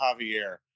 Javier